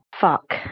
Fuck